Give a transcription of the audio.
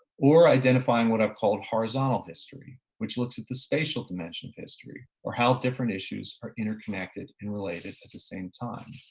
or identifying what i've called horizontal history, which looks at the spatial dimension of history or how different issues are interconnected and related at the same time.